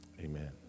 Amen